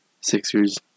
Sixers